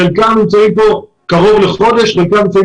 חלקם נמצאים כאן קרוב לחודש וחלקם נמצאים